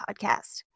Podcast